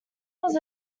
was